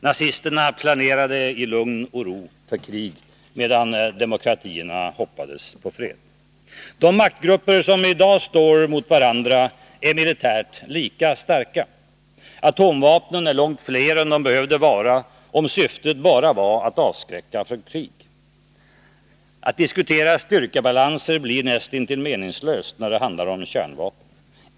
Nazisterna planerade i lugn och ro för krig medan demokratierna hoppades på fred. De maktgrupper som i dag står mot varandra är militärt lika starka. Atomvapnen är långt fler än de behövde vara, om syftet bara var att avskräcka från krig. Att diskutera styrkebalanser blir näst intill meningslöst när det handlar om kärnvapen.